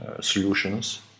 solutions